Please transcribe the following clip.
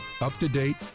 up-to-date